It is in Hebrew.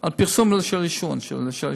פרסום נגד עישון.